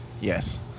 Yes